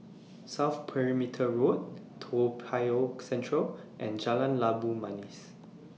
South Perimeter Road Toa Payoh Central and Jalan Labu Manis